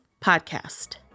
Podcast